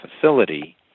facility